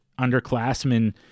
underclassmen